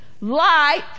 light